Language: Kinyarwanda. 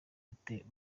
butemewe